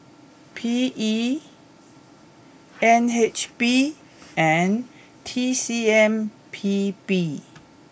P E N H B and T C M P B